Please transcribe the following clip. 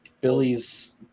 Billy's